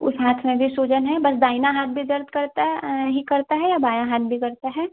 उस हाथ में भी सूजन है बस दाहिना हाथ भी दर्द करता है ही करता है या बायाँ हाथ भी करता है